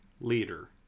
leader